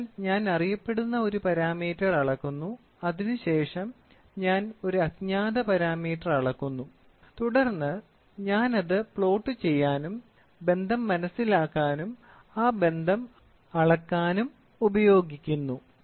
അതിനാൽ ഞാൻ അറിയപ്പെടുന്ന ഒരു പാരാമീറ്റർ അളക്കുന്നു അതിനുശേഷം ഞാൻ ഒരു അജ്ഞാത പാരാമീറ്റർ അളക്കുന്നു തുടർന്ന് ഞാൻ അത് പ്ലോട്ട് ചെയ്യാനും ബന്ധം മനസിലാക്കാനും ആ ബന്ധം അളക്കാനും ഉപയോഗിക്കുന്നു